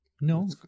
No